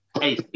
Hey